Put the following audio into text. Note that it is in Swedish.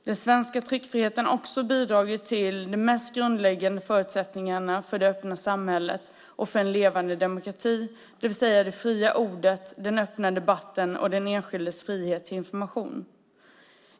Den svenska tryckfriheten har också bidragit till de mest grundläggande förutsättningarna för det öppna samhället och för en levande demokrati, det vill säga det fria ordet, den öppna debatten och den enskildes frihet till information.